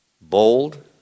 Bold